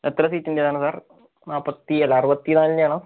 എത്ര സീറ്റിൻ്റെ ആണ് സർ നാപ്പത്തി അല്ല അറുപത്തി നാലിൻ്റെ ആണോ